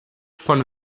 von